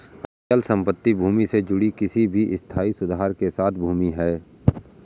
अचल संपत्ति भूमि से जुड़ी किसी भी स्थायी सुधार के साथ भूमि है